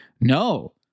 No